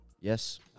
Yes